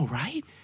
right